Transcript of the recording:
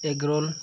egg roll